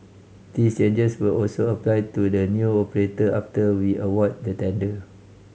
these changes will also apply to the new operator after we award the tender